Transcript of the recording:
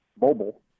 mobile